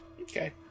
Okay